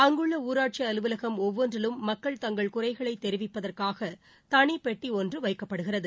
அங்குள்ள ஊராட்சி அலுவலகம் ஒவ்வொன்றிலும் மக்கள் தங்கள் குறைகளை தெரிவிப்பதற்காக தனிப்பெட்டி ஒன்று வைக்கப்படுகிறது